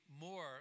more